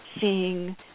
seeing